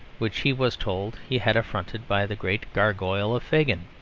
which he was told he had affronted by the great gargoyle of fagin.